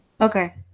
Okay